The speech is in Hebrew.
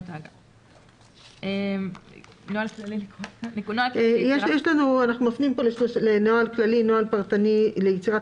הג"א;" אנחנו מפנים פה לנוהל כללי ונוהל פרטני ליצירת